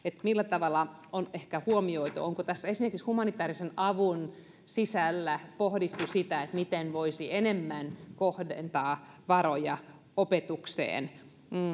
millä tavalla se on ehkä huomioitu onko tässä esimerkiksi humanitäärisen avun sisällä pohdittu sitä miten voisi enemmän kohdentaa varoja opetukseen